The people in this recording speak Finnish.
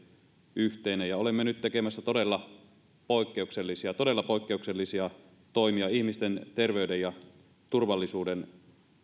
yhteinen ja olemme nyt tekemässä todella poikkeuksellisia todella poikkeuksellisia toimia ihmisten terveyden ja turvallisuuden